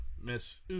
Miss